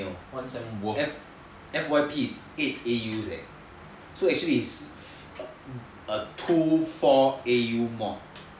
F_Y_P is eight A_U eh so actually is a two four A_U mod